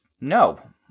no